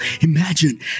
Imagine